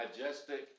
majestic